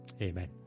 Amen